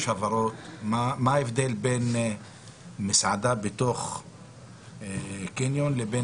הבהרות כדי לדעת מה ההבדל בין מסעדה בתוך קניון לבין